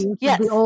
Yes